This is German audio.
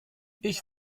ich